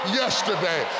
yesterday